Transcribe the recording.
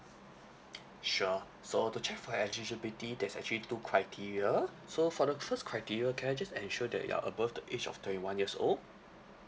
sure so to check for eligibility there's actually two criteria so for the first criteria can I just ensure that you are above the age of twenty one years old